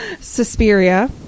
Suspiria